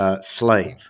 slave